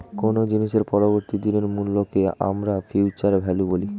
কোনো জিনিসের পরবর্তী দিনের মূল্যকে আমরা ফিউচার ভ্যালু বলি